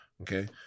Okay